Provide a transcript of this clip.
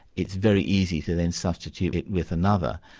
it's very easy to then substitute it with another.